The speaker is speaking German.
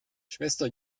schwester